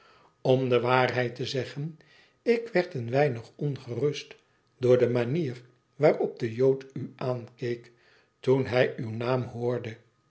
om de waarheid te zeggen ik werd een weinig ongerust door de manier waarop de jood u aankeek toen hij uw naam hoorde